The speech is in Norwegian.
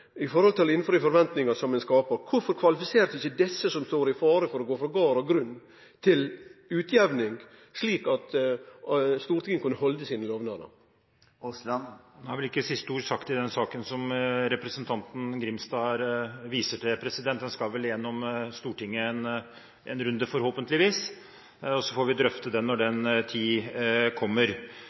innfri forventningar som ein skapar, blir spørsmålet: Kvifor kvalifiserte ikkje desse som står i fare for å måtte gå frå gard og grunn, for utjamning, slik at Stortinget kunne halde lovnadene sine? Nå er vel ikke siste ordet sagt i den saken som representanten Grimstad her viser til. Den skal vel gjennom Stortinget en runde, forhåpentligvis, og så får vi drøfte den når den tid kommer.